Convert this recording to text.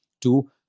Two